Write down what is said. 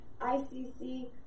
icc